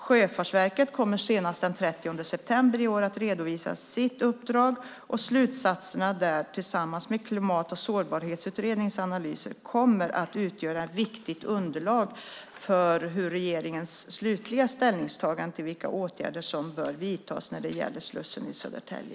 Sjöfartsverket kommer senast den 30 september i år att redovisa sitt uppdrag och slutsatserna där tillsammans med Klimat och sårbarhetsutredningens analyser kommer att utgöra ett viktigt underlag för regeringens slutliga ställningstagande till vilka åtgärder som bör vidtas när det gäller slussen i Södertälje.